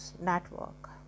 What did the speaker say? Network